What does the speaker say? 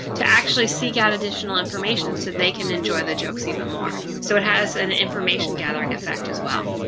to actually seek out additional information so they can enjoy the jokes even more. so it has an information gathering effect as well.